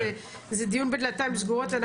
זה דיון בדלתיים סגורות.